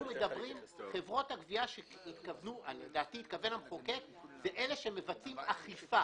חברות הגבייה שאליהן לדעתי התכוון המחוקק הן אלה שמבצעות אכיפה,